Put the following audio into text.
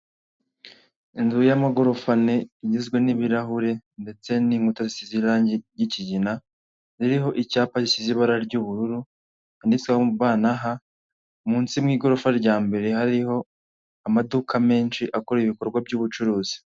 Inzu y'amagorofa ane igizwe n'ibirahure ndetse n'inkuta zisize irange ry'ikigina, ririho icyapa gisize ibara ry'ubururu handitseho ba na ha, munsi mu igorofa rya mbere hariho amaduka menshi akora ibikorwa by'ubucuruzi.